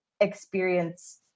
experience